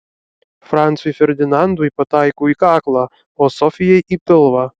francui ferdinandui pataiko į kaklą o sofijai į pilvą